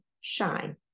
shine